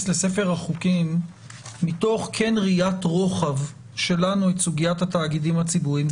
לספר החוקים מתוך ראיית רוחב שלנו את סוגיית התאגידים הציבורים,